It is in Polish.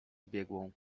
zbiegłą